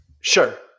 sure